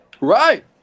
Right